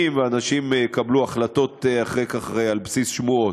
ואנשים יקבלו החלטות על בסיס שמועות.